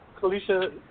Kalisha